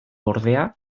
ordea